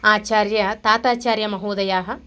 आचार्यताताचार्यमहोदयाः